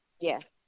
yes